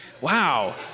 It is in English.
Wow